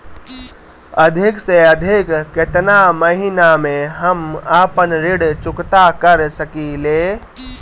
अधिक से अधिक केतना महीना में हम आपन ऋण चुकता कर सकी ले?